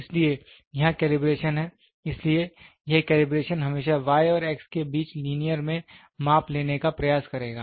इसलिए यहाँ कैलिब्रेशन है इसलिए यह कैलिब्रेशन हमेशा y और x के बीच लीनियर में माप लेने का प्रयास करेगा